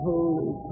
Holy